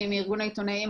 אני מארגון העיתונאים,